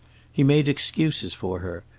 he made excuses for her,